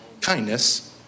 kindness